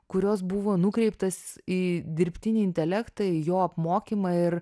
kurios buvo nukreiptas į dirbtinį intelektą į jo apmokymą ir